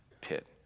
pit